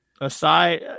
aside